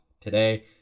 today